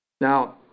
Now